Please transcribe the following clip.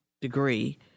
degree